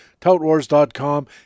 toutwars.com